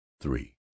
three